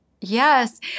yes